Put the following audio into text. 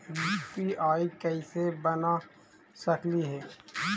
UPI कैसे बना सकली हे?